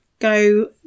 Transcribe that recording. go